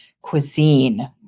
cuisine